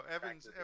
Evan's